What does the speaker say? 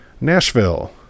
Nashville